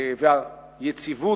וה"יציבות"